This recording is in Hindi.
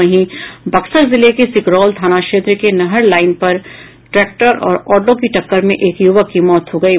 वहीं बक्सर जिले के सिकरौल थाना क्षेत्र के नहर लाईन पर ट्रैक्टर और ऑटो की टक्कर में एक युवक की मौत हो गयी